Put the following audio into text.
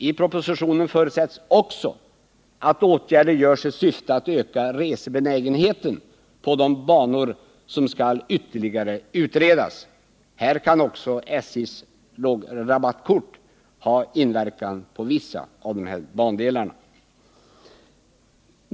I propositionen förutsätts också att åtgärder vidtas i syfte att öka resebenägenheten på de banor som skall utredas ytterligare. Här kan SJ:s rabattkort ha en inverkan på vissa av dessa bandelar.